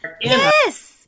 yes